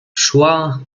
szła